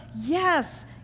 yes